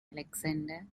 alexander